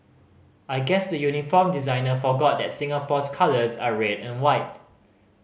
I guess the uniform designer forgot that Singapore's colours are red and white